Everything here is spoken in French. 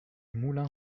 moulin